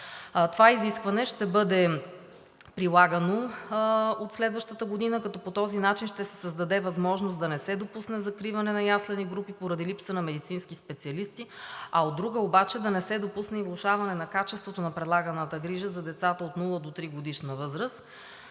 Това изискване ще бъде прилагано от следващата година, като по този начин ще се създаде възможност да не се допусне закриване на яслени групи поради липса на медицински специалисти, а от друга страна обаче, да не се допусне и влошаване на качеството на предлаганата грижа за децата от нула до тригодишна възраст.